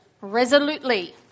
Resolutely